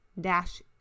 dash